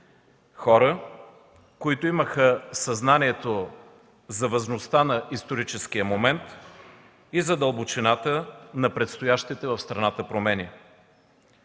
хора, които имаха съзнанието за важността на историческия момент и за дълбочината на предстоящите в страната промени.